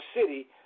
City